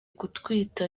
gutwita